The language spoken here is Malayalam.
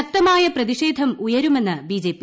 ശക്തമായ പ്രതിഷേധം ഉയരുമെന്ന് ബി ജെ പി